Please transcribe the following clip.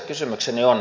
kysymykseni on